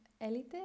Elite